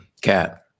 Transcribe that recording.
Cat